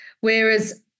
Whereas